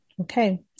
Okay